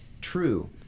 true